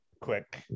quick